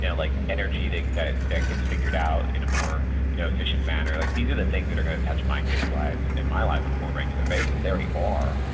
yeah like energy that that gets figured out in a more you know efficient manner. like these are the things that are going to touch my kid's lives in my life in a more regular basis. they already are,